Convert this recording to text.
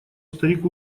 старик